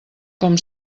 com